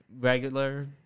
regular